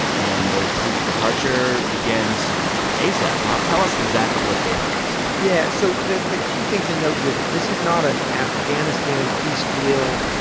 and those troops' departure begins asap, huh? tell us exactly what they announced yeah. so the the key thing to note here that this is not an afghanistan peace deal.